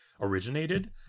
originated